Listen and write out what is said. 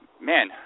Man